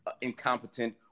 incompetent